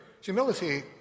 humility